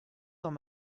dans